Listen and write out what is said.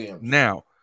Now